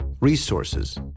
resources